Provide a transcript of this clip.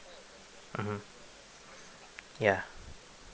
mmhmm ya